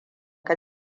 ka